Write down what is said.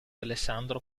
alessandro